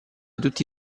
tutti